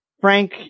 Frank